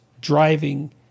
driving